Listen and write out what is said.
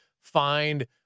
find